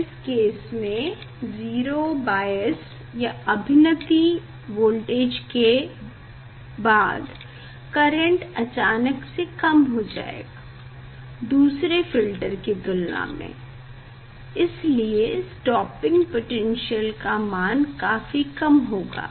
इस केस में 0 bias voltage के बाद करेंट अचानक से कम हो जाएगा दूसरे फ़िल्टर की तुलना में इसलिए स्टॉपिंग पोटैन्श्यल का मान काफी कम होगा